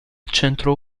centro